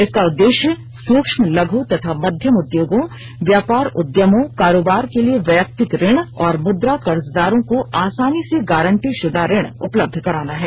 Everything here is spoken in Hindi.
इसका उद्देश्य सूक्ष्म लघु तथा मध्यम उद्योगों व्यापार उद्यमों कारोबार के लिए वैयक्तिक ऋण और मुद्रा कर्जदारों को आसानी से गारंटीशुदा ऋण उपलब्ध कराना है